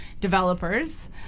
developers